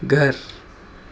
گھر